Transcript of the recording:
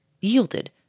yielded